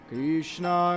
Krishna